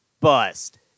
bust